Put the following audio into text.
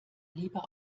lieber